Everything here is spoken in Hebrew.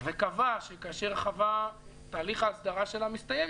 וקבע שכאשר תהליך ההסדרה של חווה מסתיים,